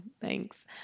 Thanks